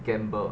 gamble